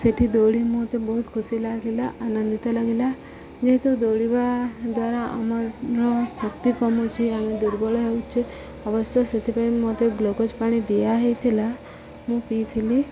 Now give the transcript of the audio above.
ସେଇଠି ଦୌଡ଼ି ମୋତେ ବହୁତ ଖୁସି ଲାଗିଲା ଆନନ୍ଦିତ ଲାଗିଲା ଯେହେତୁ ଦୌଡ଼ିବା ଦ୍ୱାରା ଆମର ର ଶକ୍ତି କମୁଛିି ଆମେ ଦୁର୍ବଳ ହେଉଛେ ଅବଶ୍ୟ ସେଥିପାଇଁ ମୋତେ ଗ୍ଲୁକୋଜ୍ ପାଣି ଦିଆହୋଇଥିଲା ମୁଁ ପିଇଥିଲି